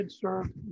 served